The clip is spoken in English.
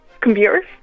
computers